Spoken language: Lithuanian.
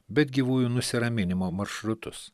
bet gyvųjų nusiraminimo maršrutus